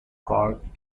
card